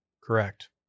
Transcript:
Correct